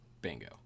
Bingo